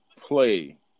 play